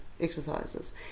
exercises